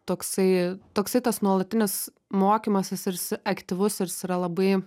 toksai toksai tas nuolatinis mokymasis aktyvus ir jis yra labai